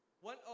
one